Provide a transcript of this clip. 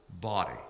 body